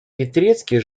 петрицкий